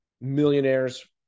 millionaires